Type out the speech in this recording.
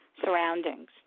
surroundings